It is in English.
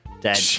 dead